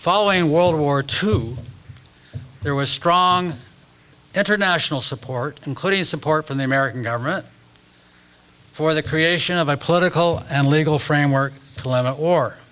following world war two there was strong international support including support from the american government for the creation of a political and legal framework to l